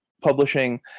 Publishing